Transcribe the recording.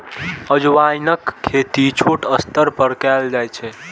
अजवाइनक खेती छोट स्तर पर कैल जाइ छै